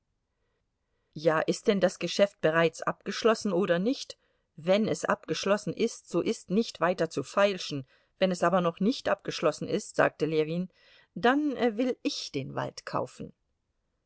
ja ist denn das geschäft bereits abgeschlossen oder nicht wenn es abgeschlossen ist so ist nicht weiter zu feilschen wenn es aber noch nicht abgeschlossen ist sagte ljewin dann will ich den wald kaufen